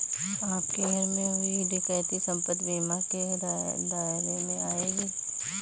आपके घर में हुई डकैती संपत्ति बीमा के दायरे में आएगी